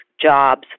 jobs